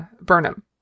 Burnham